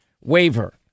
waiver